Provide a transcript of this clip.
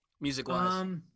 Music-wise